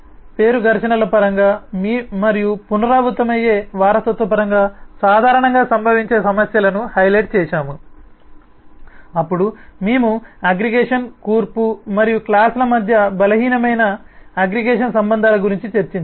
పేరు ఘర్షణల పరంగా మరియు పునరావృతమయ్యే వారసత్వ పరంగా సాధారణంగా సంభవించే సమస్యలను హైలైట్ చేశాము అప్పుడు మేము అగ్రిగేషన్ కూర్పు మరియు క్లాస్ ల మధ్య బలహీనమైన అగ్రిగేషన్ సంబంధాల గురించి చర్చించాము